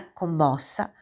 commossa